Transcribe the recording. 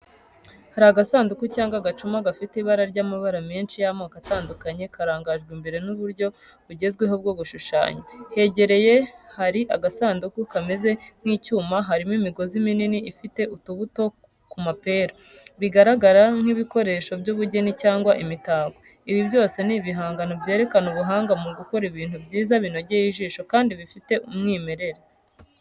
Hari agasanduku cyangwa agacuma gafite ibara ry’amabara menshi y’amoko atandukanye, karangajwe imbere n’uburyo bugezweho bwo gushushanya. Hegereyaho hari agasanduku kameze nk’icyuma karimo imigozi minini ifite utubuto ku mpera, bigaragara nk’ibikoresho by’ubugeni cyangwa imitako. Ibi byose ni ibihangano byerekana ubuhanga mu gukora ibintu byiza binogeye ijisho kandi bifite umwimerere.